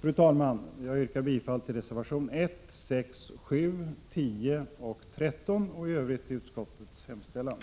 Fru talman! Jag yrkar bifall till reservationerna 1, 6, 7, 10 och 13 och i Övrigt till utskottets hemställan.